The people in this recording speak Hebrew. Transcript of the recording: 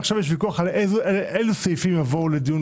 עכשיו יש ויכוח אילו סעיפים יבואו לדיון,